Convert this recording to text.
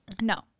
no